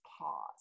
pause